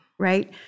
Right